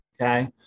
Okay